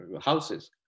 houses